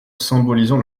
symbolisant